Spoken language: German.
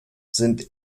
sind